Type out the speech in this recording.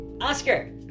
Oscar